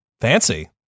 Fancy